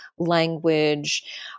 language